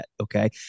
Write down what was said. Okay